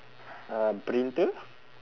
uh printer